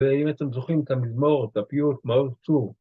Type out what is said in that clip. ‫ואם אתם זוכרים את המזמור, ‫את הפיוט, מעוז צור.